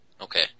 Okay